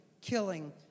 killing